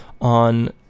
on